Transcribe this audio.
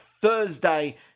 Thursday